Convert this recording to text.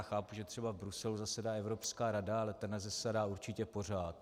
Chápu, že třeba v Bruselu zasedá Evropská rada, ale ta nezasedá určitě pořád.